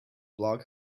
block